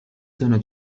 zona